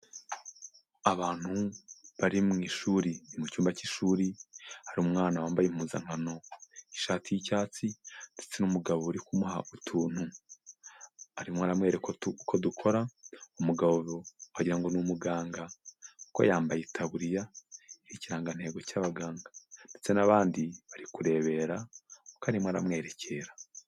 Abantu bari mu ishuri. Ni mu cyumba k'ishuri, hari umwana wambaye impuzankano. Ishati y'icyatsi ndetse n'umugabo uri kumuha utuntu arimo aramwereka uko dukora. Umugabo wagira ngo ni umuganga kuko yambaye itaburiya iriho ikirangantego cy'abaganga ndetse n'abandi bari kurebera uko arimo aramwerekera.